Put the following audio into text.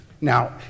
Now